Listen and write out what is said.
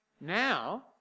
Now